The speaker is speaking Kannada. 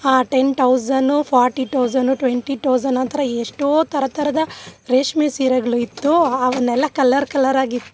ten thousand forty thousand twenty thousand ಆ ಥರ ಎಷ್ಟೋ ಥರ ಥರದ ರೇಷ್ಮೆ ಸೀರೆಗಳು ಇತ್ತು ಅವನ್ನೆಲ್ಲ ಕಲ್ಲರ್ ಕಲ್ಲರಾಗಿತ್ತು